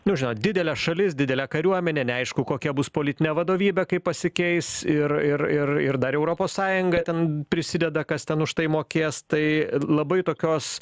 nu žinot didelė šalis didelė kariuomenė neaišku kokia bus politinė vadovybė kaip pasikeis ir ir ir ir dar europos sąjunga ten prisideda kas ten už tai mokės tai labai tokios